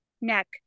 neck